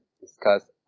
discuss